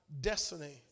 destiny